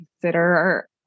consider